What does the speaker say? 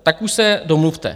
Tak už se domluvte!